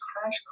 crash